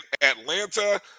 atlanta